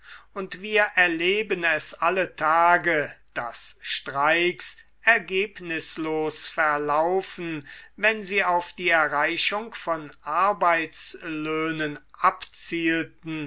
und wir erleben es alle tage daß streiks ergebnislos verlaufen wenn sie auf die erreichung von arbeitslöhnen abzielten